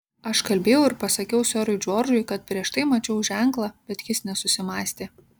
aš kalbėjau ir pasakiau serui džordžui kad prieš tai mačiau ženklą bet jis nesusimąstė